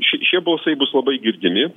ši šie balsai bus labai girdimi